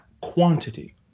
quantity